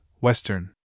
Western